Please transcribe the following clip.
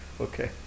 okay